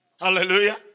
Hallelujah